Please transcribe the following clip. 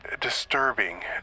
disturbing